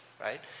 right